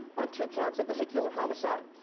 on two counts of vehicular homicide.